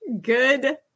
Good